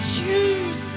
Choose